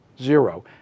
Zero